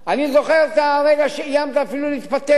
אני זוכר את הרגע שאיימת, אפילו חשבת להתפטר.